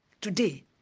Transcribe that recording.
today